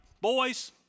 boys